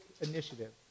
initiative